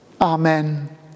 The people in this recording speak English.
Amen